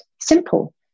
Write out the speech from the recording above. simple